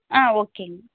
ஆ ஓகேங்க